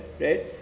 right